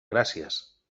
gràcies